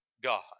God